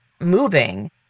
moving –